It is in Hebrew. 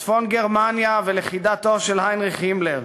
צפון-גרמניה ולכידתו של היינריך הימלר,